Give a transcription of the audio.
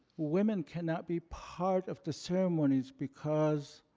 women cannot be part of the ceremonies because